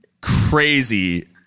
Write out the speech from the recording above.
crazy